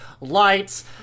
lights